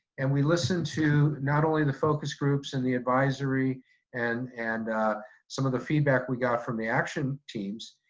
and we listened to not only the focus groups and the advisory and and some of the feedback we got from the action teams,